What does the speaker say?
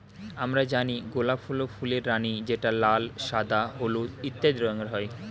আমরা জানি গোলাপ হল ফুলের রানী যেটা লাল, সাদা, হলুদ ইত্যাদি রঙের হয়